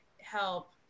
help